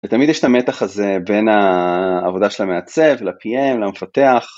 ותמיד יש את המתח הזה בין העבודה של המעצב, ל-PM, למפתח